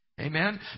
Amen